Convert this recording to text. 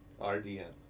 RDM